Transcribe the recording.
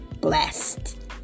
blessed